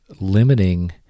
limiting